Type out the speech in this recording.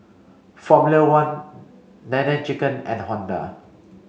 Formula One Nene Chicken and Honda